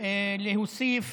להוסיף